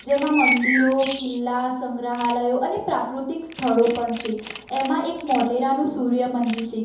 જેમાં મંદિરો કિલ્લા સંગ્રાહલયો અને પ્રાકૃતિક સ્થળો પણ છે એમાં એક મોઢેરાનું સૂર્ય મંદિર છે